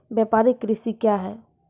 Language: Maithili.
व्यापारिक कृषि क्या हैं?